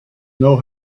know